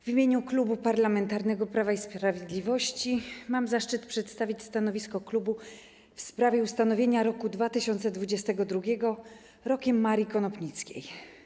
W imieniu Klubu Parlamentarnego Prawo i Sprawiedliwość mam zaszczyt przedstawić stanowisko w sprawie ustanowienia roku 2022 Rokiem Marii Konopnickiej.